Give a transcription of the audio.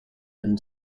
and